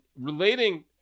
relating